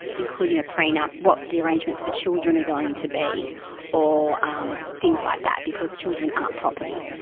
include in a prenup what the arrangements for children are going to be or um things like that, because children aren't property.